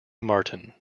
martin